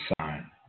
sign